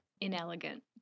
inelegant